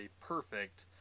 perfect